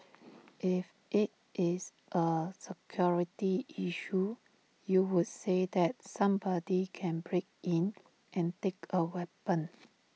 if IT is A security issue you would say that somebody can break in and take A weapon